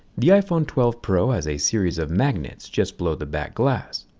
the iphone twelve pro has a series of magnets just below the back glass,